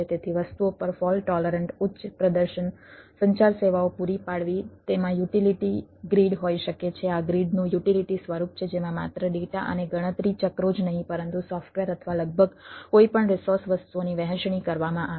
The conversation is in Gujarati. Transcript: તેથી વસ્તુઓ પર ફોલ્ટ ટૉલરન્ટ અથવા લગભગ કોઈપણ રિસોર્સ વસ્તુઓની વહેંચણી કરવામાં આવે છે